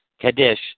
Kaddish